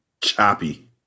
choppy